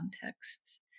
contexts